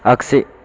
आगसि